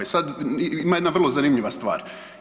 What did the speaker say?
E sad, ima jedna vrlo zanimljiva stvar.